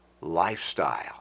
lifestyle